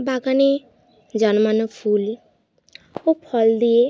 বাগানে জন্মানো ফুল ও ফল দিয়ে